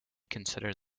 consider